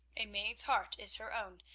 a maid's heart is her own,